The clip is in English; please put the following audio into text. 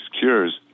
cures